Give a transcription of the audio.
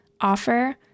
offer